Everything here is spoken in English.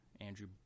Andrew